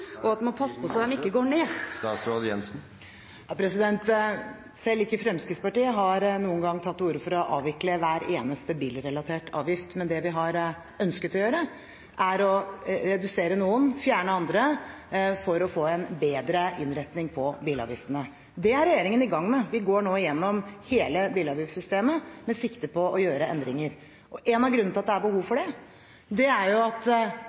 og at man må passe seg slik at de ikke går ned? Selv ikke Fremskrittspartiet har noen gang tatt til orde for å avvikle hver eneste bilrelaterte avgift. Men det vi har ønsket å gjøre, er å redusere noen og fjerne andre for å få en bedre innretning på bilavgiftene. Det er regjeringen i gang med. Vi går nå gjennom hele bilavgiftssystemet med sikte på å gjøre endringer. Én av grunnene til at det er behov for det, er at